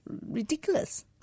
ridiculous